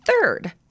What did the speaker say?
third